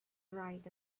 right